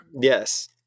Yes